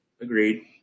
Agreed